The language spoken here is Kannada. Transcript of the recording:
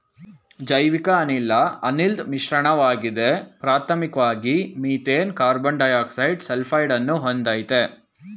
ಜೈವಿಕಅನಿಲ ಅನಿಲದ್ ಮಿಶ್ರಣವಾಗಿದೆ ಪ್ರಾಥಮಿಕ್ವಾಗಿ ಮೀಥೇನ್ ಕಾರ್ಬನ್ಡೈಯಾಕ್ಸೈಡ ಸಲ್ಫೈಡನ್ನು ಹೊಂದಯ್ತೆ